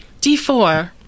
D4